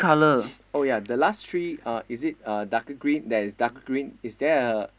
oh ya the last tree uh is it uh darker green there is darker green is there a